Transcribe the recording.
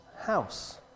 house